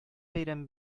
бәйрәме